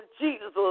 Jesus